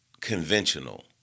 conventional